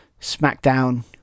SmackDown